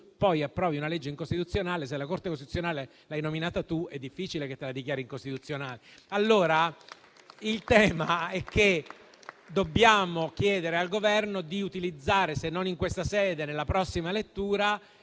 se approvi una legge incostituzionale, ma la Corte costituzionale l'hai nominata tu, è difficile che te la dichiari incostituzionale. Il tema è che dobbiamo chiedere al Governo di utilizzare, se non in questa sede almeno nella prossima lettura,